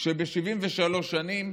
שב-73 שנים